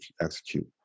execute